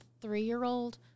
three-year-old